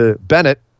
Bennett